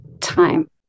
time